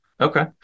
Okay